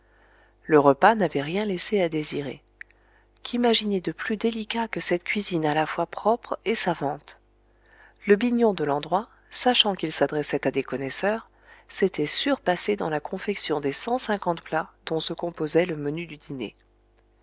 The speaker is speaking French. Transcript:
le repas n'avait rien laissé à désirer qu'imaginer de plus délicat que cette cuisine à la fois propre et savante le bignon de l'endroit sachant qu'il s'adressait à des connaisseurs s'était surpassé dans la confection des cent cinquante plats dont se composait le menu du dîner